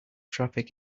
traffic